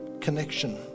connection